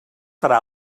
farà